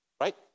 Right